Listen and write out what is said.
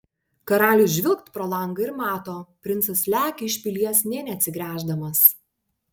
karalius žvilgt pro langą ir mato princas lekia iš pilies nė neatsigręždamas